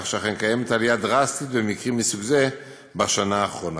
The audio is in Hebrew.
שאכן קיימת עלייה דרסטית במקרים מסוג זה בשנה האחרונה.